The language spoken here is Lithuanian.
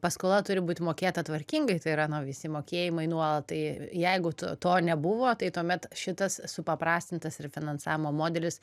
paskola turi būt mokėta tvarkingai tai yra na visi mokėjimai nuolat tai jeigu tu to nebuvo tai tuomet šitas supaprastintas ir finansavimo modelis